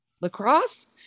lacrosse